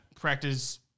practice